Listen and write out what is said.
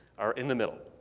are in the middle.